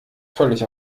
völlig